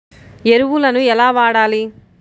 ఎరువులను ఎలా వాడాలి?